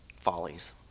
follies